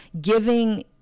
giving